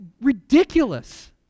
ridiculous